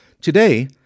today